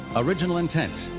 original intent,